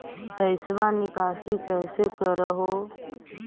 पैसवा निकासी कैसे कर हो?